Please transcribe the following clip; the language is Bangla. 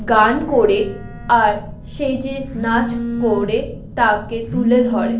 গান করে আর সেজে নাচ করে তাকে তুলে ধরে